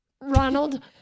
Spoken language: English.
Ronald